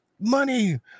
money